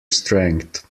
strength